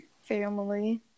family